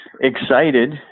excited